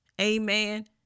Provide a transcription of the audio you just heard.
Amen